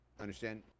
Understand